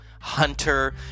Hunter